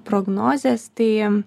prognozes tai